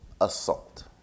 assault